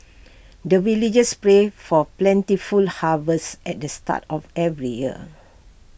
the villagers pray for plentiful harvest at the start of every year